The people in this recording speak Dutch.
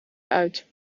uit